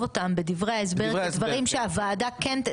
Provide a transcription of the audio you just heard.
אותם בדברי ההסבר כדברים שהוועדה כן,